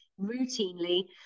routinely